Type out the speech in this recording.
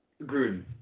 Gruden